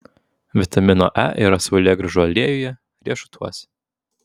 vitamino e yra saulėgrąžų aliejuje riešutuose